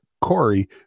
Corey